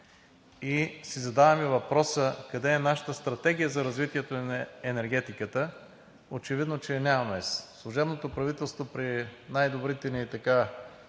Задаваме си въпроса: къде е нашата стратегия за развитието на енергетиката? Очевидно, че я нямаме. Служебното правителство, при най-добрите ни